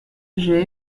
j’ai